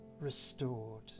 restored